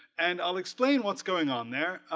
and i'll explain what's going on there.